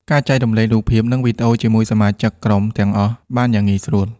ការចែករំលែករូបភាព និងវីដេអូ ជាមួយសមាជិកក្រុមទាំងអស់បានយ៉ាងងាយស្រួល។